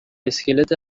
اسکلت